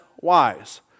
wise